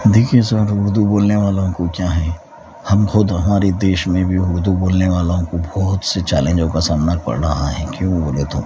دیکھیے سر اردو بولنے والوں کیا ہے ہم خود ہمارے دیش میں بھی اردو بولنے والوں کو بہت سے چلینجوں کا سامنا پڑ رہا ہے کیوں بولے تو